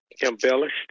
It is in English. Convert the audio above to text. embellished